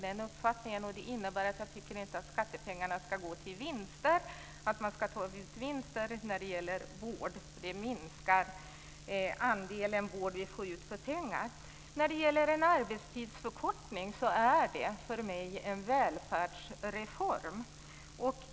Det innebär att jag inte tycker att skattepengarna ska gå till vinster och att man ska ta ut vinster när det gäller vård. Det minskar andelen vård vi får ut för pengarna. En arbetstidsförkortning är för mig en välfärdsreform.